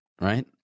right